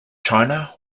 china